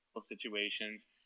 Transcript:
situations